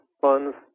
funds